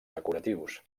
decoratius